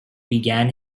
began